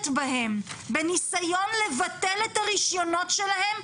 בהם בניסיון לבטל את הרישיונות שלהם,